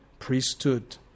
priesthood